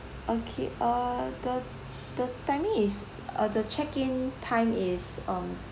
okay uh the the timing is uh the check in time is um